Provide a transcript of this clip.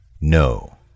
No